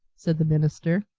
said the minister.